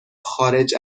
خارج